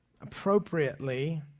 appropriately